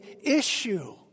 issue